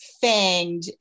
fanged